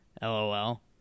LOL